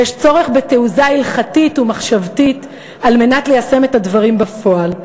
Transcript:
ויש צורך בתעוזה הלכתית ומחשבתית על מנת ליישם את הדברים בפועל.